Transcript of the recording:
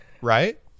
Right